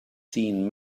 seen